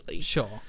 sure